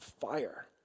fire